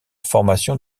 formation